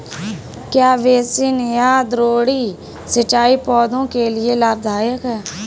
क्या बेसिन या द्रोणी सिंचाई पौधों के लिए लाभदायक है?